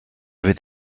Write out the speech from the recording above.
fydd